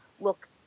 look